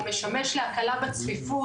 הוא משמש להקלה בצפיפות.